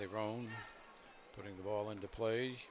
their own putting the ball into play